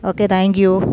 okay thank you